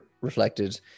reflected